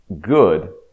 good